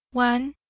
one,